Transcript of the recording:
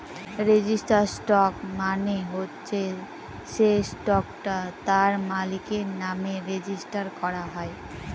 registered stock মানে হচ্ছে সে স্টকটা তার মালিকের নামে রেজিস্টার করা হয়